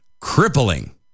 crippling